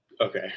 Okay